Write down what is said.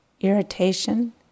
irritation